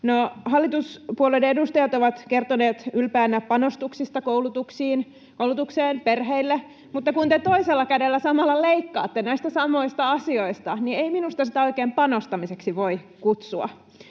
hallituspuolueiden edustajat ovat kertoneet ylpeinä panostuksista koulutukseen, perheille, [Mauri Peltokangas: Eikö se kelpaa!] mutta kun te toisella kädellä samalla leikkaatte näistä samoista asioista, niin ei minusta sitä oikein panostamiseksi voi kutsua.